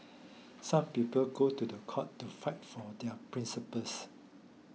some people go to the court to fight for their principles